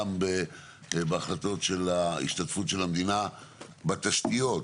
גם בהחלטות של השתתפות המדינה בתשתיות,